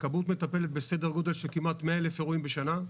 הכבאות מטפלת בסדר גודל של כמעט 100,000 אירועים בשנה,